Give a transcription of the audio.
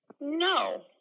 No